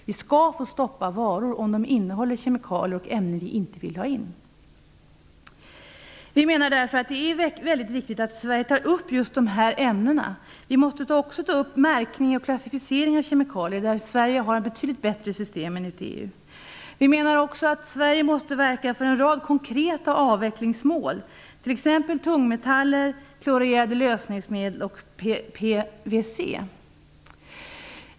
Vi skall få stoppa varor om de innehåller kemikalier och ämnen vi inte vill ha in. Vi menar därför att det är väldigt viktigt att Sverige tar upp frågan om just dessa ämnen. Vi måste också ta upp frågan om märkning och klassificering av kemikalier. Sverige har ett betydligt bättre system än vad man har ute i EU. Vi menar också att Sverige måste verka för en rad konkreta avvecklingsmål för t.ex. tungmetaller, klorerade lösningsmedel och PVC.